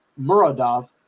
Muradov